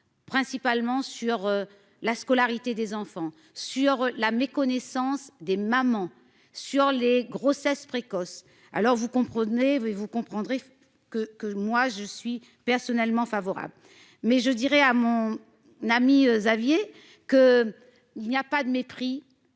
principalement sur la scolarité des enfants sur la méconnaissance des mamans sur les grossesses précoces. Alors, vous comprenez. Oui, vous comprendrez que que moi je suis personnellement favorable mais je dirai à mon. Nami Xavier que il n'y a pas de mépris